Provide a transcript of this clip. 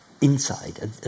inside